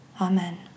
Amen